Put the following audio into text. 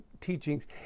teachings